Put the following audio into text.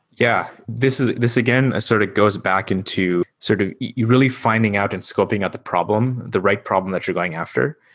yeah. this is, again, sort of goes back into sort of you're really finding out and scoping out the problem, the right problem that you're going after.